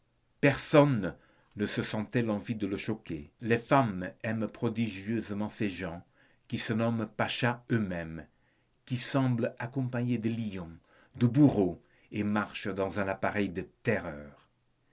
personne ne se sentait l'envie de le choquer les femmes aiment prodigieusement ces gens qui se nomment pachas eux-mêmes qui semblent accompagnés de lions de bourreaux et marchent dans un appareil de terreur